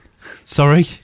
Sorry